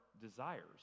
desires